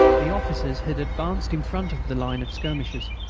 the officers had advanced in front of the line of skirmishers.